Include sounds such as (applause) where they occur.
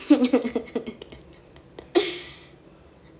(laughs)